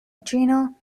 adrenal